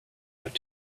ought